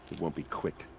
won't be quick.